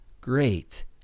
great